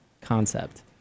concept